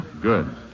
Good